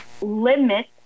limit